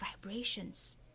vibrations